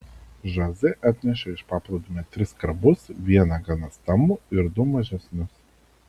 žoze atnešė iš paplūdimio tris krabus vieną gana stambų ir du mažesnius